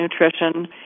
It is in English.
nutrition